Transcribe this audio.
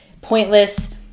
pointless